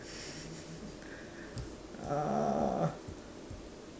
uh